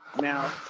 now